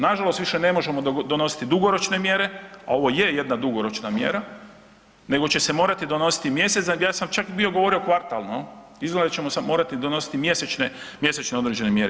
Nažalost više ne možemo donositi dugoročne mjere, ovo je jedna dugoročna mjera nego će se morati donositi mjesec, ja sam čak bio govorio kvartalno, izgleda da će morati donositi mjesečne određene mjere.